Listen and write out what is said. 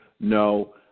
No